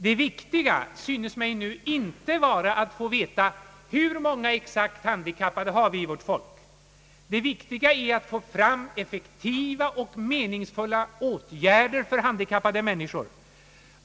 Det viktiga synes mig nu inte vara att få veta exakt hur många handikappade vi har i vårt folk — det viktiga är i stället att effektiva och meningsfulla åtgärder för handikappade människor blir genomförda.